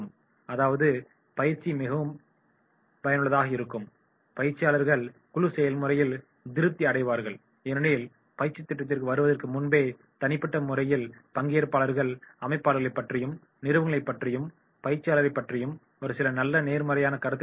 அதாவது பயிற்சி குழு மிகவும் பயனுள்ளதாக இருந்தால் பயிற்சியாளர்கள் குழு செயல்முறையில் திருப்தி அடைவார்கள் ஏனெனில் பயிற்சித் திட்டத்திற்கு வருவதற்கு முன்பே தனிப்பட்ட முறையில் பங்கேற்பாளர்கள் அமைப்பாளர்களைப் பற்றியும் நிறுவனத்தைப் பற்றியும் பயிற்சியாளரைப் பற்றி ஒரு சில நல்ல நேர்மறையான கருத்தைக் கொண்டுள்ளனர்